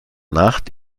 nacht